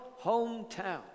hometown